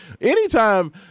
Anytime –